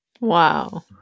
Wow